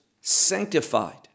sanctified